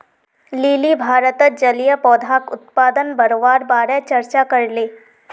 lily भारतत जलीय पौधाक उत्पादन बढ़वार बारे चर्चा करले